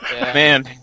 man